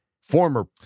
former